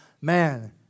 man